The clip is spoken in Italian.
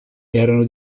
erano